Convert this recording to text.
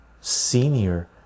senior